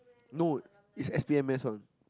no is S B M mass on